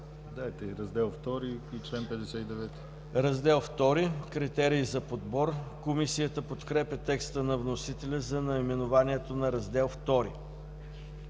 „Раздел ІІ – Критерии за подбор”. Комисията подкрепя текста на вносителя за наименованието на Раздел ІІ.